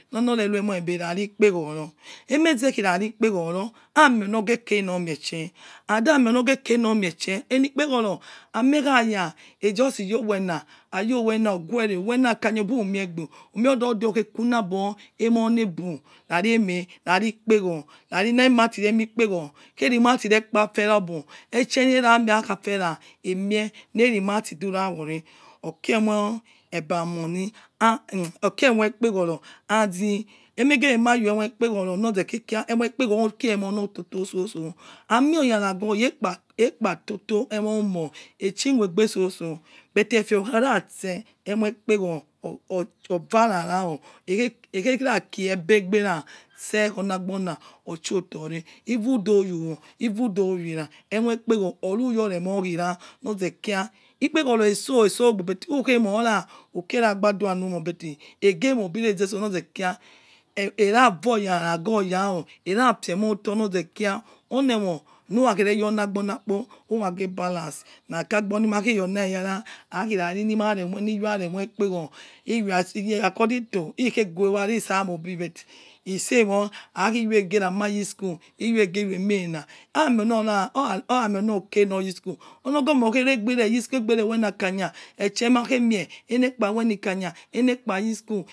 Onor rerue emoibe rari ikpegoro emeze ki rari ikpegoror ami onor geh ke nor mieteher and amionor geh ke nor mieteher and amionor geh ke nor mitchi eni ikpegoro amie kha aya ejusi your owena ayo owena ugure uwena akanya obo umie egbe umi odode okhequ nabor emor neh bu rari emeh rari ikpegor rari nemati re mie ikpe yor rari nemati re mie ikpeyor kheri mati rekpa afera ogbor etchie nera mia kha afera ogbor etchie nera mia kha ofera emie neri mati dura wore okie emoi ikpeghoro as he emegeme ma yor emoi ikpegor nozeke kia emo ikpegoro kie emo nor toto soso ami oya nagor oya ekpa toto emor omo echimoi egbe soso but efe okhara ste emoi ikoegor or orvara wor ekhe ekhe rakie egbe egbera ste kho nagbona otchio otore evan thou ovie uwo even thou ovie era enwi ikoegor oruyor remo girah ozekia ikpegoro etso etso gbe but umora ukie ra gbadua nu mor but ke egemoi ebirezeso nozekira eh eh ravo yana gi oya wor era fi emo otor nozekia oni emo nurakhe reyor nagbonakpo uraghe balance uke agbo nimakhe yourna weh yara akhi rari ni ma remor ni via remoi ikpegor kia as ivia according to ikheguoware itsa moi ebi bet itsemor akhi ivia ege rama yi school ivia egerueme na amio nora amionor kenor yi school onor ogomor okhere gbe reyi school egbe re wena akanya etchi ma khe mie enekpawe ni ikanya enekpa yi school